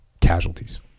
casualties